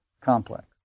complex